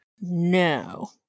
No